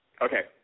Okay